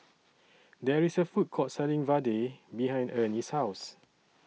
There IS A Food Court Selling Vadai behind Ernie's House